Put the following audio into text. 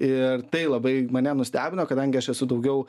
ir tai labai mane nustebino kadangi aš esu daugiau